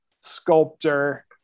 Sculptor